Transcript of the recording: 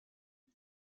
ich